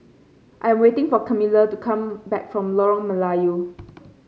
I'm waiting for Camilla to come back from Lorong Melayu